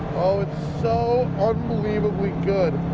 oh, it's so unbelievably good.